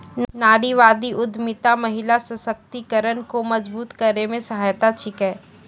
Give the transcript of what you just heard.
नारीवादी उद्यमिता महिला सशक्तिकरण को मजबूत करै मे सहायक छिकै